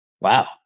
Wow